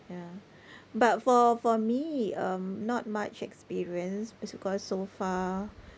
ya but for for me um not much experience is because so far